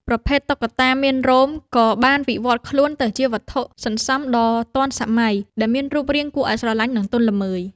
ប្រភេទតុក្កតាមានរោម ក៏បានវិវត្តខ្លួនទៅជាវត្ថុសន្សំដ៏ទាន់សម័យដែលមានរូបរាងគួរឱ្យស្រឡាញ់ និងទន់ល្មើយ។